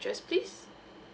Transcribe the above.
please